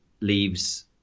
leaves